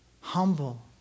Humble